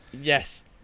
Yes